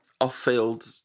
off-field